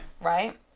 Right